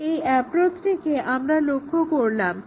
এই অ্যাপ্রোচটিকে আমরা লক্ষ্য করলাম